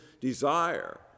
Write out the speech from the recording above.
desire